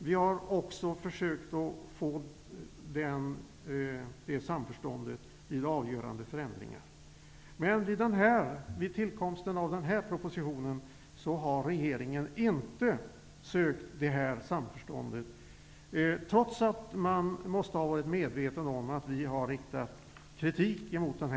Vi har också försökt att få det samförståndet vid avgörande förändringar. Men vid tillkomsten av den här propositionen har regeringen inte sökt det samförståndet, trots att den måste ha varit medveten om att vi har riktat kritik mot den.